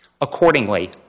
Accordingly